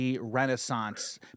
renaissance